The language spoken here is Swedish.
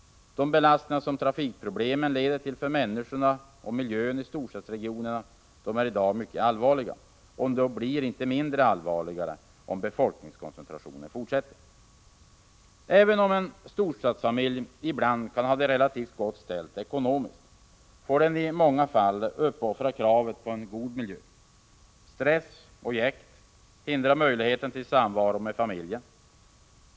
De belastningar som trafikproblemen leder till för människorna och miljön i storstadsregionerna är i dag mycket allvarliga, och de blir inte mindre allvarliga om befolkningskoncentrationen fortsätter. Även om en storstadsfamilj kan ha det relativt gott ställt ekonomiskt får den i många fall offra kravet på en god miljö. Stress och jäkt hindrar möjligheter till samvaro med familjen.